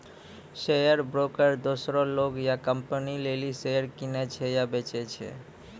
share broker दोसरो लोग या कंपनी लेली शेयर किनै छै या बेचै छै